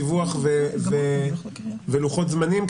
דיווח ולוחות-זמנים,